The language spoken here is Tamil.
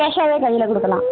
கேஷாகவே கையில் கொடுக்கலாம்